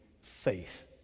faith